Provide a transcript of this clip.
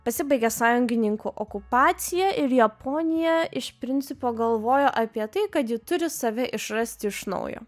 pasibaigė sąjungininkų okupacija ir japonija iš principo galvojo apie tai kad ji turi save išrasti iš naujo